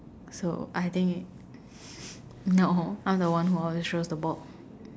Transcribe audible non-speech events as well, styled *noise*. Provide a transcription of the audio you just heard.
so I think is *breath* no I'm the one who always throws the ball